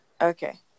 Okay